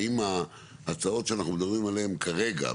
האם ההצעות שאנחנו מדברים עליהם כרגע,